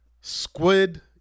Squid